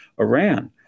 Iran